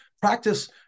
Practice